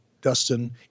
Dustin